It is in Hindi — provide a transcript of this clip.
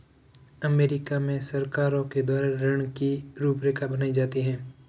अमरीका में सरकारों के द्वारा ऋण की रूपरेखा बनाई जाती है